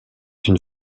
une